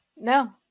No